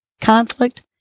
conflict